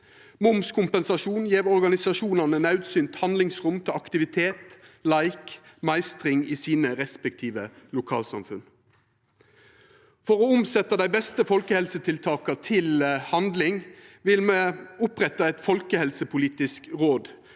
Momskompensasjon gjev organisasjonane naudsynt handlingsrom til aktivitet, leik og meistring i sine respektive lokalsamfunn. For å omsetja dei beste folkehelsetiltaka i handling vil me oppretta eit folkehelsepolitisk råd.